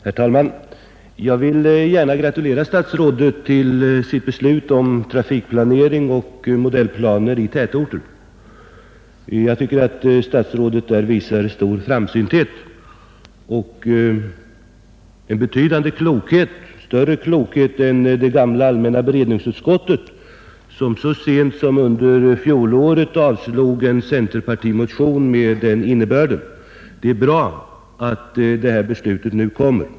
Herr talman! Jag vill gärna gratulera statsrådet till hans beslut om trafikplanering och modellplaner i tätorter. Statsrådet visar där stor framsynthet och en betydande klokhet, större klokhet än det gamla allmänna beredningsutskottet som så sent som under fjolåret avstyrkte en centerpartimotion med den innebörden. Det är bra att detta beslut nu kommer.